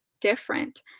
different